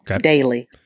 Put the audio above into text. daily